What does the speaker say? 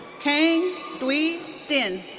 khang duy dinh.